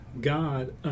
God